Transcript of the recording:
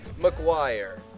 McGuire